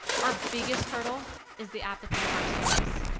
our biggest hurdle is the apathy of our students.